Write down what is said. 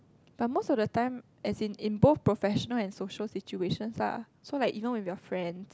but most of the time as in in both professional and social situations lah so like if you know your friends